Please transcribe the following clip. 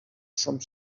some